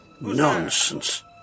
Nonsense